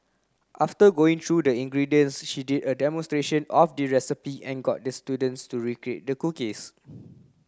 after going through the ingredients she did a demonstration of the recipe and got the students to recreate the cookies